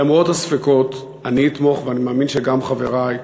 למרות הספקות אני אתמוך, ואני מאמין שגם חברי,